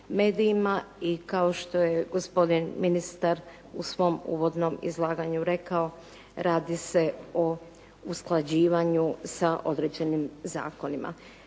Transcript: i kao što je gospodin ministar u svom uvodnom izlaganju rekao, radi se o usklađivanju sa određenim zakonima.